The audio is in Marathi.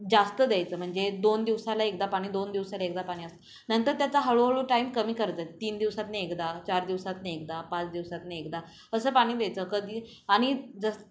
जास्त द्यायचं म्हणजे दोन दिवसाला एकदा पाणी दोन दिवसाला एकदा पाणी असं नंतर त्याचा हळूहळू टाईम कमी करतात तीन दिवसातनं एकदा चार दिवसातनं एकदा पाच दिवसातनं एकदा असं पाणी द्यायचं कधी आणि जस